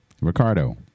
Ricardo